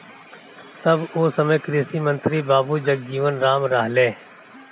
तब ओ समय कृषि मंत्री बाबू जगजीवन राम रहलें